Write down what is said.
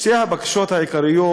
שתי הבקשות העיקריות